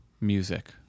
music